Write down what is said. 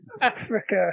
Africa